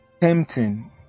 Tempting